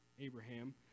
Abraham